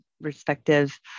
respective